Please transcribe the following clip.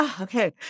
Okay